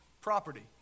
property